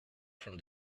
from